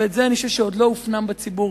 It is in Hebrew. ואני חושב שזה עוד לא הופנם בציבור,